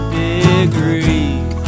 degrees